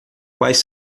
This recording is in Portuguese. quais